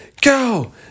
Go